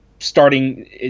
starting